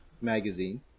magazine